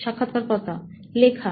সাক্ষাৎকারকর্তা লেখা